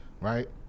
Right